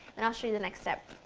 and i'll show you the next step.